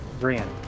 Brian